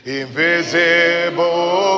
invisible